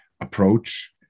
approach